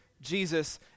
Jesus